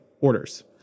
orders